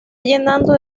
llenando